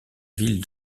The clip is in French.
ville